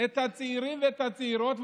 את הצעירים והצעירות,